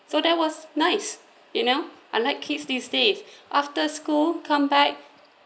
so that was nice you know unlike kids these days after school come back